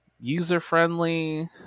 user-friendly